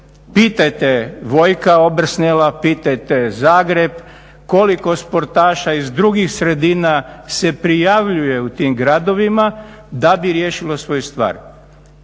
Pitajte Vojka Obersnela, pitajte Zagreb koliko sportaša iz drugih sredina se prijavljuje u tim gradovima da bi riješilo svoju stvar.